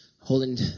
holding